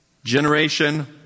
Generation